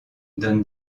don